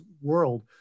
world